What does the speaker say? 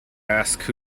asked